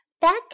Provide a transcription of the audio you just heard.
Back